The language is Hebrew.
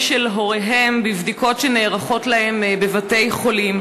של הוריהם בבדיקות שנערכות להם בבתי-חולים.